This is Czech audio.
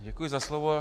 Děkuji za slovo.